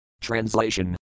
Translation